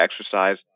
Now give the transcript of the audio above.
exercise